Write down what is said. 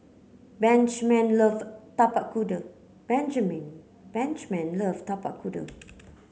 Benjman love Tapak Kuda Benjman Benjman love Tapak Kuda